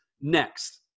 next